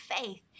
faith